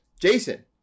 Jason